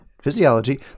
physiology